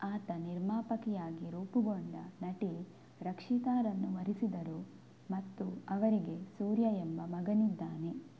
ಆತ ನಿರ್ಮಾಪಕಿಯಾಗಿ ರೂಪುಗೊಂಡ ನಟಿ ರಕ್ಷಿತಾರನ್ನು ವರಿಸಿದರು ಮತ್ತು ಅವರಿಗೆ ಸೂರ್ಯ ಎಂಬ ಮಗನಿದ್ದಾನೆ